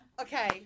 Okay